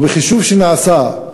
בחישוב שנעשה,